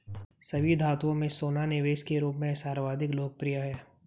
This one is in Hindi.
सभी धातुओं में सोना निवेश के रूप में सर्वाधिक लोकप्रिय है